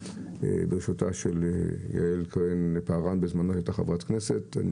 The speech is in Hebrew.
בראשותה של יעל כהן פארן שהייתה חברת כנסת בזמנו,